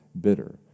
bitter